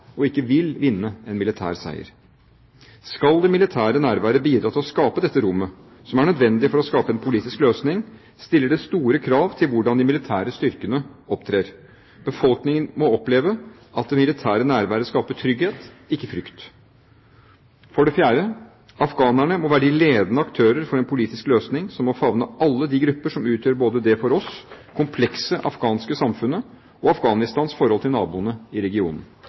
og ikke vil vinne en militær seier. Skal det militære nærværet bidra til å skape dette rommet, som er nødvendig for å skape en politisk løsning, stiller det store krav til hvordan de militære styrkene opptrer. Befolkningen må oppleve at det militære nærværet skaper trygghet, ikke frykt. For det fjerde: Afghanerne må være de ledende aktører for en politisk løsning som må favne alle de grupper som utgjør det – for oss – komplekse afghanske samfunnet, og Afghanistans forhold til naboene i regionen.